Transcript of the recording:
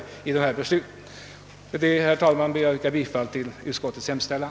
Med detta, herr talman, ber jag att få yrka bifall till utskottets hemställan.